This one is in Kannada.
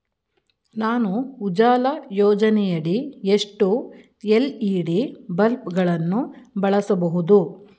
ನಾನು ಉಜಾಲ ಯೋಜನೆಯಡಿ ಎಷ್ಟು ಎಲ್.ಇ.ಡಿ ಬಲ್ಬ್ ಗಳನ್ನು ಬಳಸಬಹುದು?